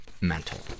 mental